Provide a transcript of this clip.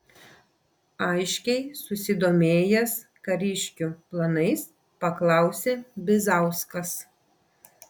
aiškiai susidomėjęs kariškių planais paklausė bizauskas